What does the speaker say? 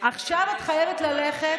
עכשיו את חייבת ללכת,